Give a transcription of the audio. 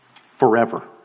forever